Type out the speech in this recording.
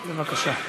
בבקשה.